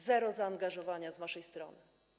Zero zaangażowania z waszej strony.